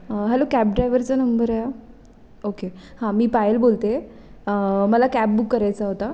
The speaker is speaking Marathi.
हॅलो कॅब ड्रायवरचा नंबर आहे हा ओके हां मी पायल बोलते मला कॅब बुक करायचा होता